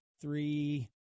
three